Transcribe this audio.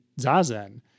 Zazen